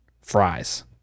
fries